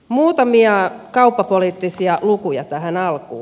muutamia kauppapoliittisia lukuja tähän alkuun